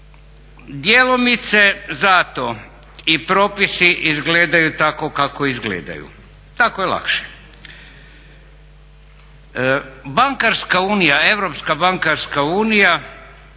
Djelomice zato i propisi izgledaju tako kako izgledaju, tako je lakše. Bankarska unija,